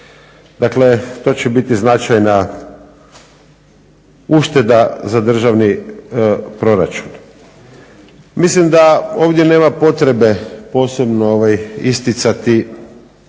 Dakle to će biti značajna ušteda za državni proračun. Mislim da ovdje nema potrebe posebno isticati